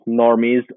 normies